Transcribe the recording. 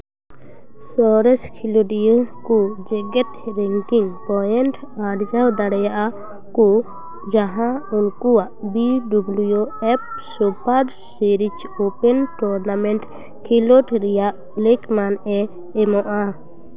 ᱥᱚᱨᱮᱥ ᱠᱷᱮᱞᱳᱰᱤᱭᱟᱹ ᱠᱚ ᱡᱮᱸᱜᱮᱫ ᱨᱮᱱᱠᱤᱝ ᱯᱚᱭᱮᱱᱴ ᱟᱨᱡᱟᱣ ᱫᱟᱲᱮᱭᱟᱜᱼᱟ ᱠᱚ ᱡᱟᱦᱟᱸ ᱩᱱᱠᱩᱣᱟᱜ B W F super series open tournament ᱠᱷᱮᱞᱳᱰ ᱨᱮᱭᱟᱜ ᱞᱮᱠᱢᱟᱱᱮ ᱮᱢᱚᱜᱼᱟ